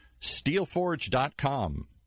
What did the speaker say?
steelforge.com